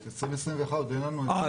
את 2021 אין לנו --- אה,